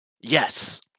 Yes